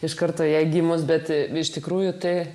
iš karto jai gimus bet iš tikrųjų tai